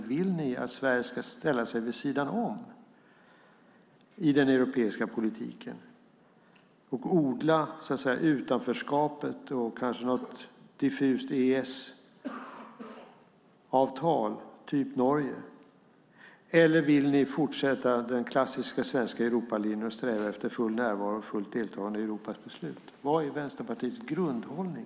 Vill ni att Sverige ska ställa sig vid sidan av i den europeiska politiken och odla utanförskapet och kanske något diffust EES-avtal, typ Norge? Eller vill ni fortsätta den klassiska svenska Europalinjen och sträva efter full närvaro och fullt deltagande i Europas beslut? Vad är Vänsterpartiets grundhållning?